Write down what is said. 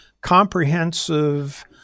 comprehensive